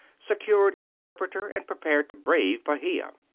secured an interpreter, and prepared to brave bahia.